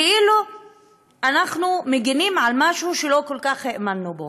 כאילו אנחנו מגינים על משהו שלא כל כך האמנו בו.